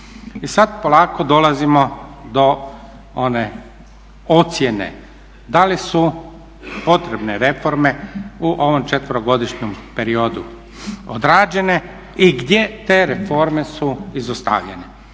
I sad polako dolazimo do one ocijene da li su potrebne reforme u ovom 4-godišnjem periodu odrađene i gdje te reforme su izostavljene?